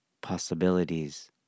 possibilities